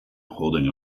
holding